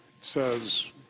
Says